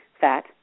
fat